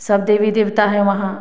सब देवी देवता हैं वहाँ